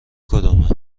کدومه